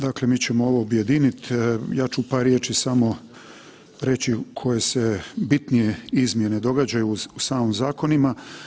Dakle mi ćemo ovo objediniti, ja ću par riječi samo reći koje se bitnije izmjene događaju u samim zakonima.